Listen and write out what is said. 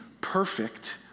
perfect